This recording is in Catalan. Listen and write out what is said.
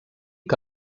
que